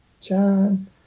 John